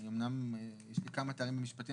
אמנם יש לי כמה תארים במשפטים,